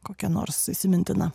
kokia nors įsimintina